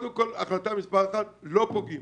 החלטה מספר אחת, לא פוגעים